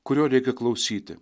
kurio reikia klausyti